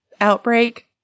Outbreak